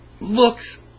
looks